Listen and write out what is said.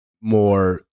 more